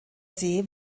see